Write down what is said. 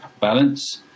balance